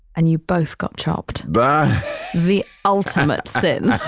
and you both got chopped. the the ultimate sin.